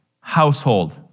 household